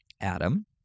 Adam